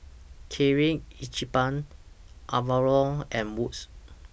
Kirin Ichiban Avalon and Wood's